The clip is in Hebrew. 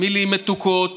מילים מתוקות